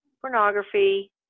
pornography